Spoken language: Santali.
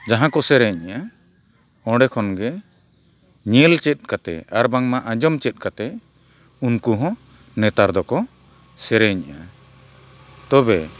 ᱡᱟᱦᱟᱸ ᱠᱚ ᱥᱮᱨᱮᱧᱟ ᱚᱸᱰᱮ ᱠᱷᱚᱱ ᱜᱮ ᱧᱮᱞ ᱪᱮᱫ ᱠᱟᱛᱮᱫ ᱟᱨ ᱵᱟᱝᱢᱟ ᱟᱸᱡᱚᱢ ᱪᱮᱫ ᱠᱟᱛᱮᱫ ᱩᱱᱠᱩ ᱦᱚᱸ ᱱᱮᱛᱟᱨ ᱫᱚᱠᱚ ᱥᱮᱨᱮᱧᱮᱫᱼᱟ ᱛᱚᱵᱮ